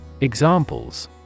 Examples